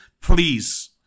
Please